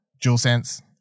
DualSense